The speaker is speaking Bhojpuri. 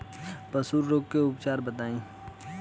पशु रोग के उपचार बताई?